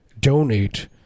Donate